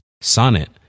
Sonnet